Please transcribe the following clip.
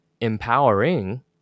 empowering